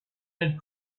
had